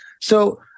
So-